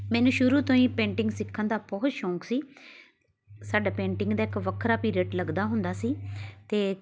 ਮੈਨੂੰ ਸ਼ੁਰੂ ਤੋਂ ਹੀ ਪੇਂਟਿੰਗ ਸਿੱਖਣ ਦਾ ਬਹੁਤ ਸ਼ੌਕ ਸੀ ਸਾਡਾ ਪੇਂਟਿੰਗ ਦਾ ਇੱਕ ਵੱਖਰਾ ਪੀਰੀਅਡ ਲੱਗਦਾ ਹੁੰਦਾ ਸੀ ਅਤੇ